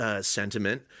Sentiment